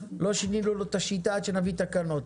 לא שינינו את השיטה עד שנביא תקנות.